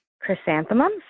Chrysanthemums